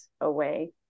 away